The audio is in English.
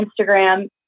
Instagram